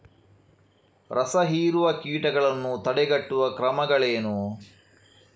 ರಸಹೀರುವ ಕೀಟಗಳನ್ನು ತಡೆಗಟ್ಟುವ ಕ್ರಮಗಳೇನು?